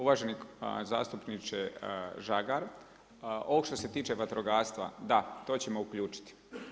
Uvaženi zastupniče Žagar, ovo što se tiče vatrogastva, da to ćemo uključiti.